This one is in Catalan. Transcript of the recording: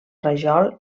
rajol